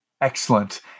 Excellent